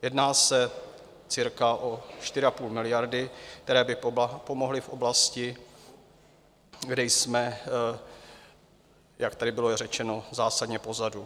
Jedná se cirka o 4,5 miliardy, které by pomohly v oblasti, kde jsme, jak tady bylo řečeno, zásadně pozadu.